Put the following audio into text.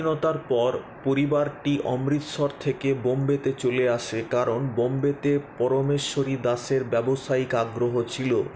পর পরিবারটি অমৃতসর থেকে বোম্বেতে চলে আসে কারণ বোম্বেতে পরমেশ্বরী দাসের ব্যবসায়িক আগ্রহ ছিলো